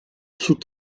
sous